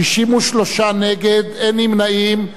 63 נגד, אין נמנעים.